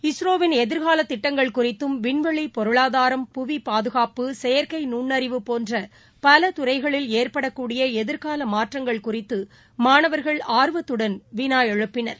இஸ்ரோவின் எதிர்காலதிட்டங்கள் குறித்தும் விண்வெளி பொருளாதாரம் புவிபாதுகாப்பு செயற்கைநுண்ணறிவு போன்றபலதுறைகளில் ஏற்படக்கூடியஎதிர்காலமாற்றங்கள் குறித்துமாணவர்கள் ஆர்வத்துடன் வினாஎழுப்பினர்